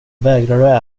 vägrar